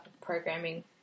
programming